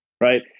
Right